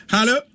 Hello